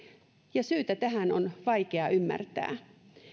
ja syytä tähän on vaikea ymmärtää